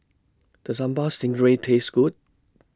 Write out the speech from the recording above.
Does Sambal Stingray Taste Good